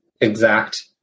exact